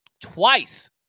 twice